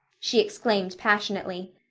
she exclaimed passionately.